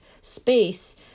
space